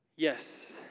Yes